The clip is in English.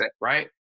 right